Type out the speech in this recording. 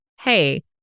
hey